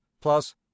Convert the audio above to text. plus